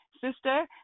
Sister